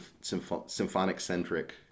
symphonic-centric